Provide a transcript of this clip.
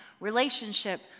relationship